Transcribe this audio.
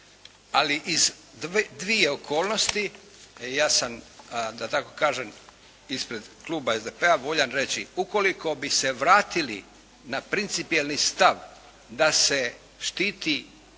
Ali iz dvije okolnosti ja sam da tako kažem ispred kluba SDP-a voljan reći, ukoliko bi se vratili na principijelni stav da se štiti